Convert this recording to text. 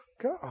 God